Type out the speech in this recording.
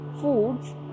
foods